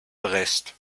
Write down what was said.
brest